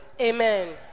Amen